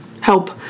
help